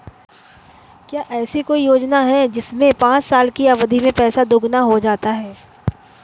क्या ऐसी कोई योजना है जिसमें पाँच साल की अवधि में पैसा दोगुना हो जाता है?